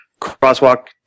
Crosswalk